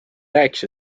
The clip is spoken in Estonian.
rääkis